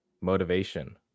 Motivation